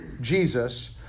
Jesus